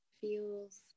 feels